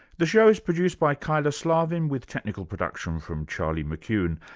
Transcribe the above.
the show is produced by kyla slaven, with technical production from charlie mckune,